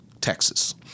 Texas